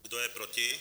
Kdo je proti?